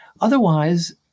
otherwise